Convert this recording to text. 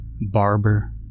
barber